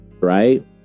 right